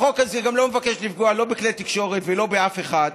החוק הזה גם לא מבקש לפגוע לא בכלי תקשורת ולא באף אחד,